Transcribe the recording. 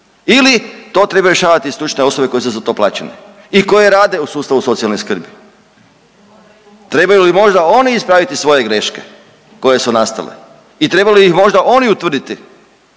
ili to trebaju rješavati stručne osobe koje su za to plaćene i koje rade u sustavu socijalne skrbi. Trebaju li možda oni ispraviti svoje greške koje su nastale i trebaju li ih možda oni utvrditi